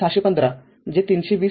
६१५ जे ३२०